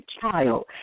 child